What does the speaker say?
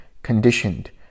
Conditioned